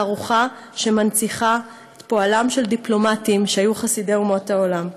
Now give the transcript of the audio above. תערוכה שמנציחה את פועלם של דיפלומטים שהיו חסידי אומות העולם.